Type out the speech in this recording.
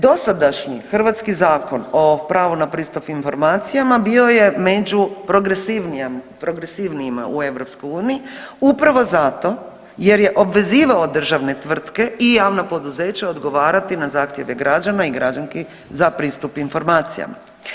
Dosadašnji hrvatski Zakon o pravu na pristup informacijama bio je među progresivnijima u EU upravo zato jer je obvezivao državne tvrtke i javna poduzeća odgovarati na zahtjeve građana i građanski za pristup informacijama.